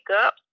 up